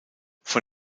von